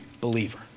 believer